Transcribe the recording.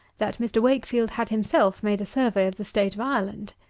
that mr. wakefield had himself made a survey of the state of ireland.